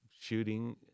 shooting